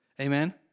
Amen